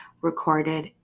recorded